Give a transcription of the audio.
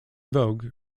vogue